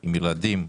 עם ילדיהן,